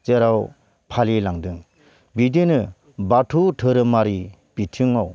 जेराव फालिलांदों बिदिनो बाथौ धोरोमारि बिथिङाव